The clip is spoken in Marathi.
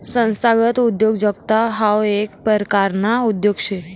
संस्थागत उद्योजकता हाऊ येक परकारना उद्योग शे